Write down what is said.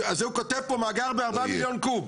אז זה הוא כותב פה מאגר ב-4 מיליון קוב.